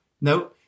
no